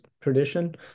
tradition